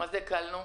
"הקלנו"?